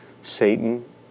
Satan